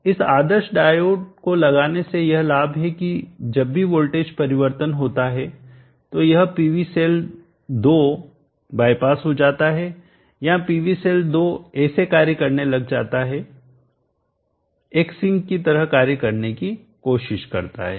इस आदर्श डायोड को लगाने से यह लाभ है कि जब भी वोल्टेज परिवर्तन होता है तो यह PV सेल 2 बायपास हो जाता है या PV सेल 2 ऐसे कार्य करने लग जाता है एक सिंक की तरह कार्य करने की कोशिश करता है